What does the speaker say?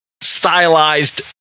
stylized